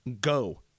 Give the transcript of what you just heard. go